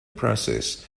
process